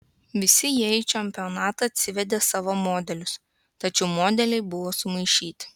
visi jie į čempionatą atsivedė savo modelius tačiau modeliai buvo sumaišyti